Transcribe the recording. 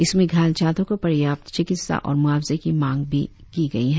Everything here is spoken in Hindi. इसमें घायल छात्रों को पर्याप्त चिकित्सा और मुआवजे की मंग भी की गई है